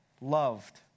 loved